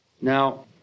Now